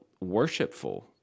worshipful